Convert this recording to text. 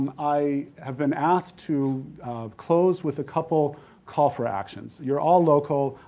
i have been asked to close with a couple call for actions. you're all local.